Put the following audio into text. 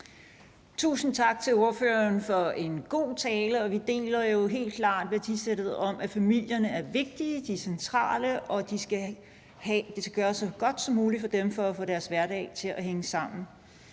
Tusind tak til ordføreren for en god tale, og vi deler jo helt klart værdisættet om, at familierne er vigtige, at de er centrale, og at det skal gøres så godt som muligt for dem for at få deres hverdag til at hænge sammen.